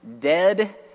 Dead